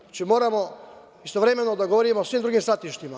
Znači, moramo istovremeno da govorimo o svim drugim stratištima.